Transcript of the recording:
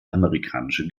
amerikanische